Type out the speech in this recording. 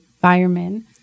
firemen